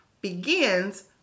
begins